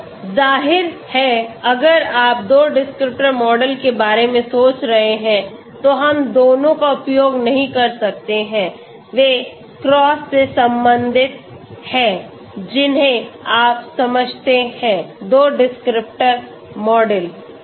तो जाहिर है अगर आप दो डिस्क्रिप्टर मॉडल के बारे में सोच रहे हैं तो हम दोनों का उपयोग नहीं कर सकते हैं वे क्रॉस से संबंधित हैं जिन्हें आप समझते हैं दो डिस्क्रिप्टर मॉडल